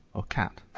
or cat.